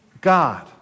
God